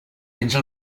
penja